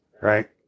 right